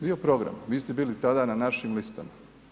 Dio programa, vi ste bili tada na našim listama.